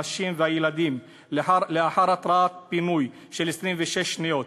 הנשים והילדים לאחר התראת פינוי של 26 שניות,